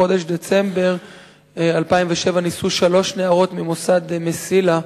בחודש דצמבר 2007 ניסו שלוש נערות ממוסד "מסילה",